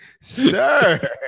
Sir